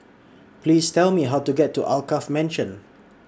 Please Tell Me How to get to Alkaff Mansion